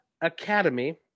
Academy